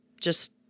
just-